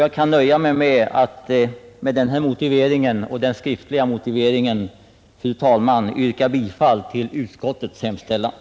Jag skall nöja mig med det anförda och med hänvisning till den skriftliga motiveringen yrkar jag bifall till utskottets hemställan.